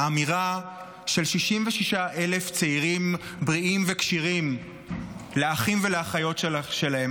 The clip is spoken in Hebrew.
האמירה של 66,000 צעירים בריאים וכשירים לאחים ולאחיות שלהם: